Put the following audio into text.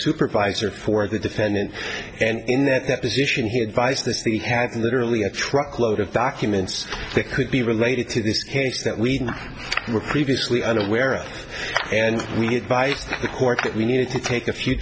supervisor for the defendant and in that position he advised that he had literally a truckload of documents that could be related to this case that we were previously unaware of and we get by the court that we needed to take a few